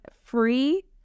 free